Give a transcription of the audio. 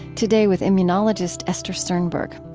today with immunologist esther sternberg.